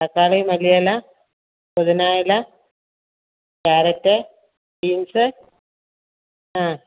തക്കാളി മല്ലിയില പതിനയില ക്യാരറ്റ് ബീൻസ് ആ